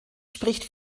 spricht